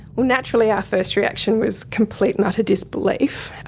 ah naturally our first reaction was complete and utter disbelief.